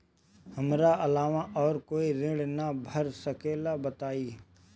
हमरा अलावा और कोई ऋण ना भर सकेला बताई?